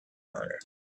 honor